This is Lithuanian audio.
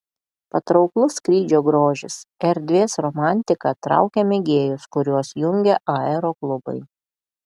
patrauklus skrydžio grožis erdvės romantika traukia mėgėjus kuriuos jungia aeroklubai